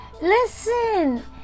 Listen